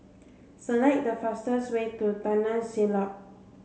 select the fastest way to Taman Siglap